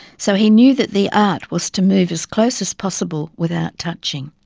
so he knew that the art was to move as close as possible without touching.